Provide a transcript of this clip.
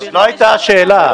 זאת לא הייתה השאלה.